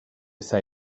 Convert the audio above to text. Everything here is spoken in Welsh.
wrtha